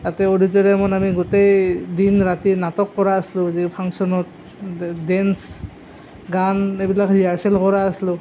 তাতে অদিটৰিয়ামত আমি গোটেই দিন ৰাতি নাটক কৰা আছিলোঁ যি ফাংচনত ডে ডেন্স গান এইবিলাক ৰিহাৰ্চল কৰা আছিলোঁ